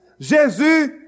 Jesus